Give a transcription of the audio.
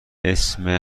اسم